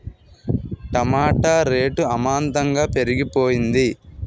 టమాట rate అమాంతంగా పెరిగిపోయింది